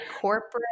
corporate